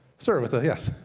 sir with the, yes.